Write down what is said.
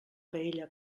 paella